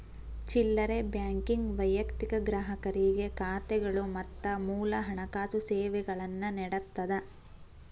ಚಿಲ್ಲರೆ ಬ್ಯಾಂಕಿಂಗ್ ವೈಯಕ್ತಿಕ ಗ್ರಾಹಕರಿಗೆ ಖಾತೆಗಳು ಮತ್ತ ಮೂಲ ಹಣಕಾಸು ಸೇವೆಗಳನ್ನ ನೇಡತ್ತದ